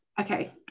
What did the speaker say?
okay